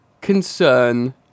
concern